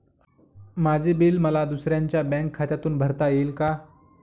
माझे बिल मला दुसऱ्यांच्या बँक खात्यातून भरता येईल का?